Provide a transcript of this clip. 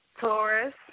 Taurus